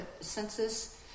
census